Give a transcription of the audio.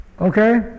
Okay